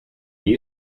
die